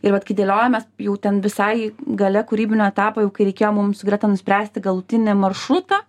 ir vat kai dėliojomės jau ten visai gale kūrybinio etapo jau kai reikėjo mums su greta nuspręsti galutinį maršrutą